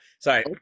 sorry